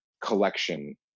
collection